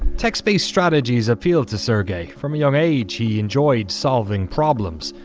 text based strategies appealed to sergey. from a young age he enjoyed solving problems.